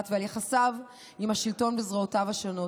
ועל יחסיו עם השלטון וזרועותיו השונות.